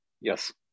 Yes